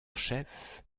chef